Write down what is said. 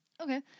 Okay